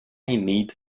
need